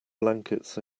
blankets